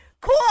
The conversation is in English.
cool